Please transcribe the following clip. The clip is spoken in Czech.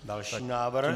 Další návrh.